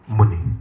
money